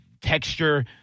texture